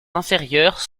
inférieures